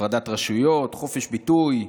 הפרדת רשויות, חופש ביטוי,